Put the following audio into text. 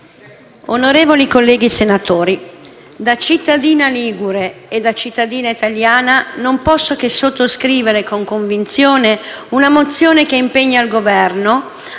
onorevoli colleghi senatori, da cittadina ligure e da cittadina italiana non posso che sottoscrivere con convinzione una mozione che impegna il Governo,